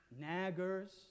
naggers